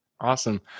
Awesome